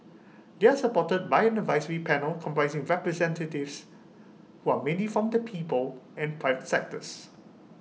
they are supported by an advisory panel comprising representatives who are mainly from the people and private sectors